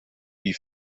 die